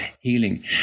healing